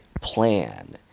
plan